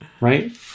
right